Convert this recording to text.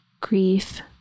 grief